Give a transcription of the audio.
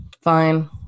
Fine